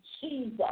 Jesus